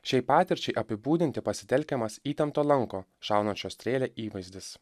šiai patirčiai apibūdinti pasitelkiamas įtempto lanko šaunančio strėlę įvaizdis